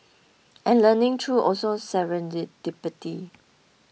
and learning through also